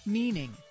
Meaning